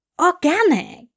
organic